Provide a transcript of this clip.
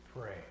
pray